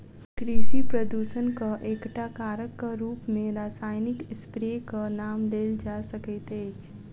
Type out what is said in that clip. कृषि प्रदूषणक एकटा कारकक रूप मे रासायनिक स्प्रेक नाम लेल जा सकैत अछि